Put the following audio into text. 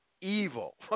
evil